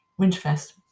Winterfest